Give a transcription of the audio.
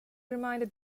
reminded